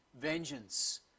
vengeance